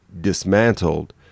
dismantled